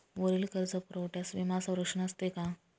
वरील कर्जपुरवठ्यास विमा संरक्षण असते का?